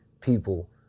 people